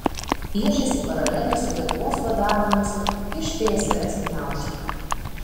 piešiasi paralelė su lietuvos vadavimusi iš tsrs gniaužtų